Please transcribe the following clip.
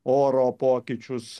oro pokyčius